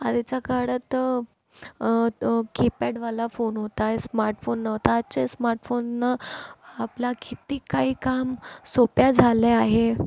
आधीच्या काळात कीपॅडवाला फोन होता स्मार्ट फोन नव्हता आजचे स्मार्ट फोननं आपला किती काही काम सोपे झाले आहे